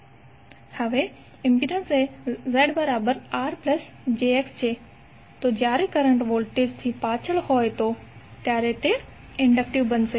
હવે ઇમ્પિડન્સ એ ZRjX છે તો જ્યારે કરંટ વોલ્ટેજ થી પાછળ થઈ જાય ત્યારે તે ઇન્ડક્ટિવ બનશે